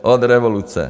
Od revoluce!